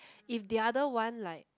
if the other one like